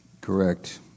correct